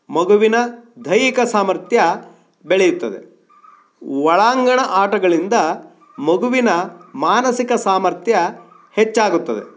ಮಗುವಿನ ದೈಹಿಕ ಸಾಮರ್ಥ್ಯ ಬೆಳೆಯುತ್ತದೆ ಒಳಾಂಗಣ ಆಟಗಳಿಂದ ಮಗುವಿನ ಮಾನಸಿಕ ಸಾಮರ್ಥ್ಯ ಹೆಚ್ಚಾಗುತ್ತದೆ